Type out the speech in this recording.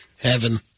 Heaven